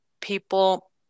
people